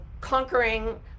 conquering